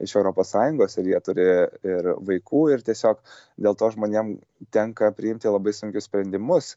iš europos sąjungos ir jie turi ir vaikų ir tiesiog dėl to žmonėm tenka priimti labai sunkius sprendimus